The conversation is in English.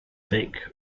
vic